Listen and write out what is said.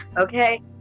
Okay